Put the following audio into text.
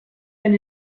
been